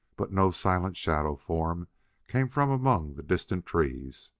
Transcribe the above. but no silent shadow-form came from among the distant trees.